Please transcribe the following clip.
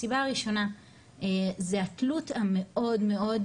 הסיבה הראשונה זה התלות המאוד מאוד